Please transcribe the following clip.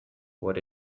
what